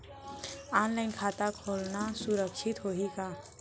Online खाता खोलना सुरक्षित होही का?